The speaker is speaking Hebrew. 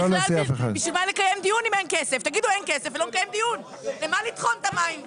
למה לטחון את המים שבועיים,